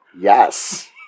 Yes